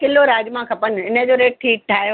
kilo राजमा खपनि इनजो रेट ठीकु ठाहियो